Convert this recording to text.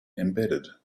embedded